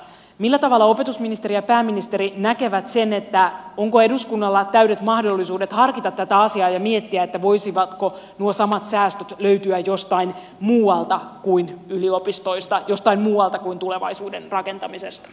millä tavalla opetusministeri ja pääministeri näkevät sen onko eduskunnalla täydet mahdollisuudet harkita tätä asiaa ja miettiä voisivatko nuo samat säästöt löytyä jostain muualta kuin yliopistoista jostain muualta kuin tulevaisuuden rakentamisesta